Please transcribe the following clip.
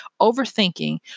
overthinking